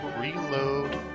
reload